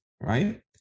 Right